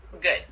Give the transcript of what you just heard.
Good